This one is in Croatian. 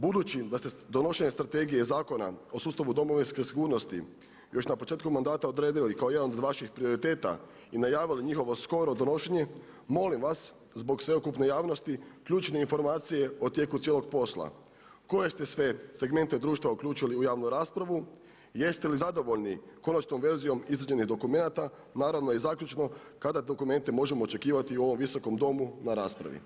Budući da ste donošenje strategije i Zakona o sustavu domovinske sigurnosti još na početku mandata odredili kao jedan od vaših prioriteta i najavili njihovo skoro donošenje molim vas zbog sveukupne javnosti ključne informacije o tijeku cijelog posla koje ste sve segmente društva uključili u javnu raspravu, jeste li zadovoljni konačnom verzijom izrađenih dokumenata, naravno i zaključno, kada dokumente možemo očekivati u ovom Visokom domu na raspravi.